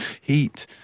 Heat